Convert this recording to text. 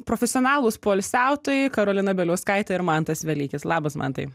profesionalūs poilsiautojai karolina bieliauskaitė ir mantas velykis labas mantai